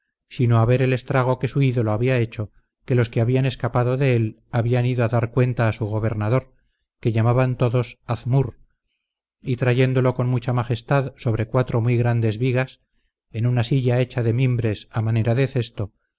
que los que habían escapado de él habían ido a dar cuenta a su gobernador que llamaban todos hazmur y trayéndolo con mucha majestad sobre cuatro muy grandes vigas en una silla hecha de mimbres a manera de cesto